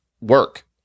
work